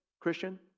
Christian